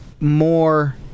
more